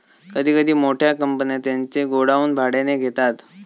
कधी कधी मोठ्या कंपन्या त्यांचे गोडाऊन भाड्याने घेतात